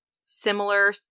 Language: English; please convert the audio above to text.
similar